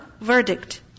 verdict